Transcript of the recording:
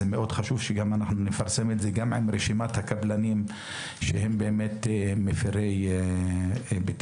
זה חשוב מאוד ואנחנו נפרסם את זה עם רשימת הקבלנים שהם מפירי בטיחות.